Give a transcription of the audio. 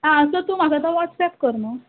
आ सो तूं म्हाका तो वॉट्सॅप कर न्हू